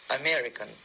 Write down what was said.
American